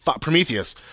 Prometheus